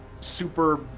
super